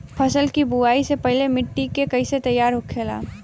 फसल की बुवाई से पहले मिट्टी की कैसे तैयार होखेला?